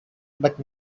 but